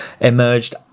emerged